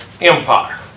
empire